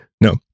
no